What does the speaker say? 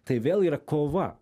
tai vėl yra kova